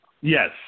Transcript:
Yes